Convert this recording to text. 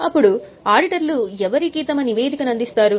ఇప్పుడు ఆడిటర్లు ఎవరికి నివేదిస్తారు